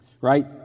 right